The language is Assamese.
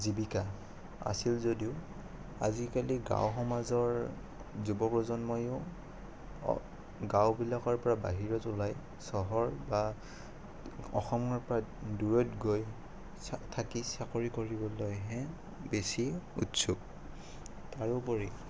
জীৱিকা আছিল যদিও আজিকালি গাঁও সমাজৰ যুৱ প্ৰজন্ময়ো অ গাঁওবিলাকৰ পৰা বাহিৰত ওলাই চহৰ বা অসমৰ পৰা দূৰৈত গৈ থাকি চাকৰি কৰিবলৈহে বেছি উৎসুক তাৰোপৰি